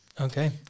Okay